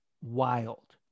wild